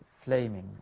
flaming